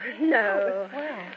no